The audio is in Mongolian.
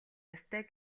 ёстой